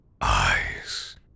eyes